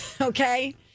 Okay